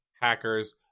hackers